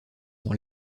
dans